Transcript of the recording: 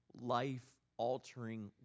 life-altering